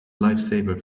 lifesaver